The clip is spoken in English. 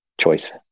choice